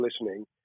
listening